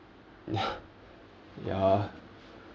ya